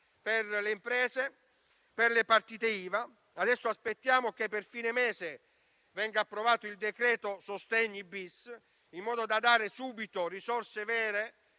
per le imprese, per le partite IVA. Adesso aspettiamo che a fine mese venga approvato il decreto sostegni-*bis*, in modo da dare subito risorse vere